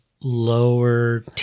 lower